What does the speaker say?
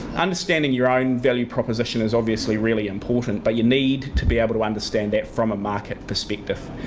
understanding your own value proposition is, obviously, really important, but you need to be able to understand that from a market perspective.